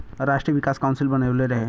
राष्ट्रीय विकास काउंसिल बनवले रहे